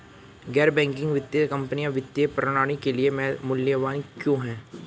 गैर बैंकिंग वित्तीय कंपनियाँ वित्तीय प्रणाली के लिए मूल्यवान क्यों हैं?